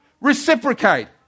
reciprocate